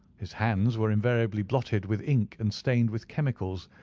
his hands were invariably blotted with ink and stained with chemicals,